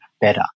better